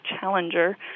Challenger